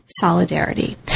solidarity